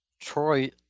Troy